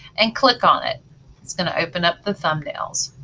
and click on it it's going to open up the thumbnails.